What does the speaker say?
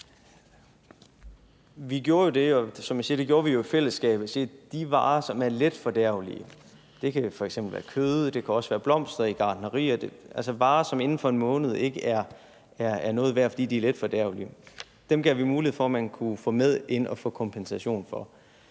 vi sagde, at i forhold til de varer, som er letfordærvelige – og det kan f.eks. være kød, og det kan også være blomster i gartnerier, altså varer, som inden for 1 måned ikke er noget værd, fordi de er letfordærvelige – gav vi mulighed for, at man kunne få dem med ind og få kompensation for